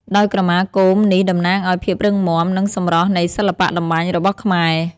ដោយក្រមាគោមនេះតំណាងឱ្យភាពរឹងមាំ និងសម្រស់នៃសិល្បៈតម្បាញរបស់ខ្មែរ។